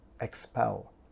expel